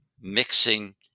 mixing